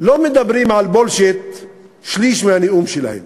לא מדברים על בולשיט שליש מהנאום שלהם,